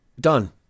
done